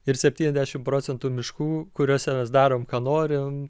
ir septyniasdešimt procentų miškų kuriuose mes darom ką norim